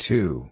Two